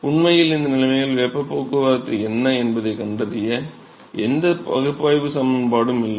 உண்மையில் இந்த நிலைமைகளில் வெப்பப் போக்குவரத்து என்ன என்பதைக் கண்டறிய எந்த பகுப்பாய்வு சமன்பாடும் இல்லை